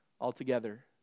altogether